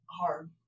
hard